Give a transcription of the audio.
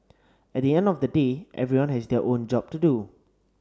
at the end of the day everyone has their own job to do